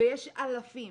ויש אלפים